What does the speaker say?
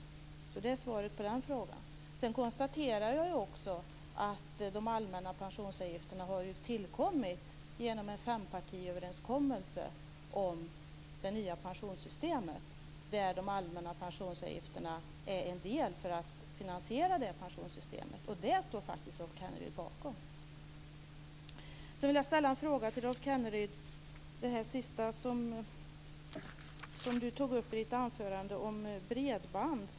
Det är alltså svaret på den frågan. Jag konstaterar också att de allmänna pensionsavgifterna har tillkommit genom en fempartiöverenskommelse om det nya pensionssystemet där de allmänna pensionsavgifterna är en del för att finansiera detta pensionssystem. Och det står faktiskt Rolf Kenneryd bakom. Sedan vill jag ställa en fråga till Rolf Kenneryd om det som han sist tog upp i sitt anförande om bredband.